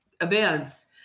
events